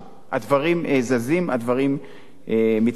הדברים זזים, הדברים מתקדמים.